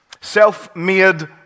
Self-made